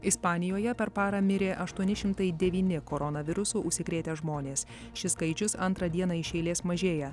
ispanijoje per parą mirė aštuoni šimtai devyni koronavirusu užsikrėtę žmonės šis skaičius antrą dieną iš eilės mažėja